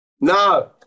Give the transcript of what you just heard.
No